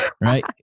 right